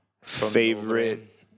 favorite